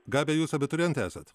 gabija jūs abiturientė esat